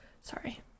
Sorry